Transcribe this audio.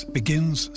begins